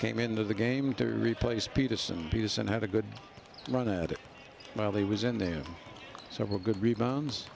came into the game to replace peterson peterson had a good run at it while he was in the end several good rebounds